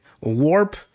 warp